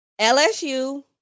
LSU